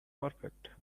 perfect